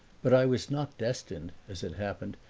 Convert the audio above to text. but i was not destined, as it happened,